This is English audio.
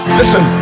listen